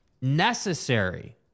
necessary